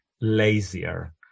lazier